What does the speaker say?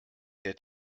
der